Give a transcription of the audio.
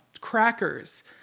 crackers